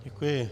Děkuji.